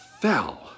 fell